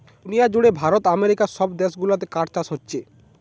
দুনিয়া জুড়ে ভারত আমেরিকা সব দেশ গুলাতে কাঠ চাষ হোচ্ছে